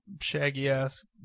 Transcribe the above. shaggy-ass